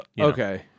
Okay